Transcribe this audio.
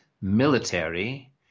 military